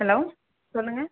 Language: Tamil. ஹலோ சொல்லுங்கள்